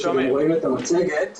זה עבודה שעשינו בשנה האחרונה, שנמצאת ממש